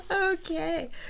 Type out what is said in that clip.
okay